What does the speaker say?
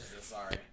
sorry